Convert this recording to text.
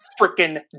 freaking